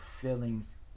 feelings